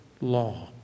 law